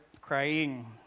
crying